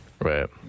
right